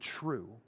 true